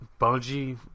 Bungie